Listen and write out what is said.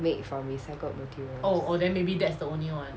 made from recycled materials